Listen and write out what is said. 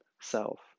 self